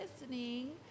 listening